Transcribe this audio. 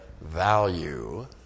value